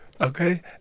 Okay